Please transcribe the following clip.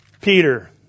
Peter